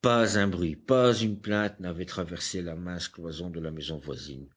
pas un bruit pas une plainte n'avait traversé la mince cloison de la maison voisine